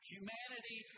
Humanity